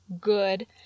good